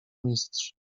mistrz